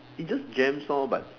it just jams lor but